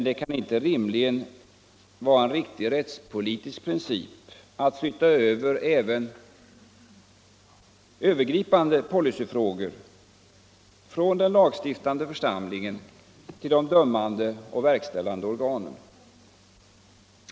Det kan emellertid rimligen inte vara en riktig rättspolitisk princip att flytta även övergripande policyfrågor från den lagstiftande församlingen till de dömande och verkställande organen.